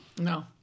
No